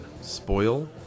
Spoil